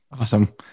awesome